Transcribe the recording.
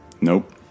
Nope